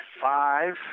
Five